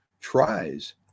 tries